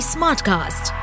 Smartcast. (